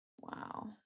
Wow